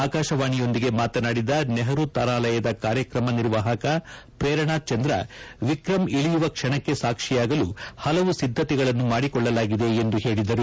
ಆಕಾಶವಾಣಿಯೊಂದಿಗೆ ಮಾತನಾಡಿದ ನೆಹರು ತಾರಾಲಯದ ಕಾರ್ಯಕ್ರಮ ನಿರ್ವಾಹಕ ಪ್ರೇರಣಾ ಚಂದ್ರ ವಿಕ್ರಂ ಇಳಿಯುವ ಕ್ಷಣಕ್ಕೆ ಸಾಕ್ಷಿಯಾಗಲು ಹಲವು ಸಿದ್ದತೆಗಳನ್ನು ಮಾಡಿಕೊಳ್ಳಲಾಗಿದೆ ಎಂದು ಹೇಳಿದರು